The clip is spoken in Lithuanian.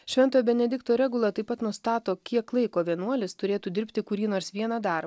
švento benedikto regula taip pat nustato kiek laiko vienuolis turėtų dirbti kurį nors vieną dar